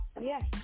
Yes